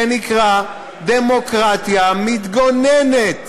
שנקרא דמוקרטיה מתגוננת.